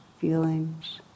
feelings